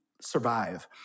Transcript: survive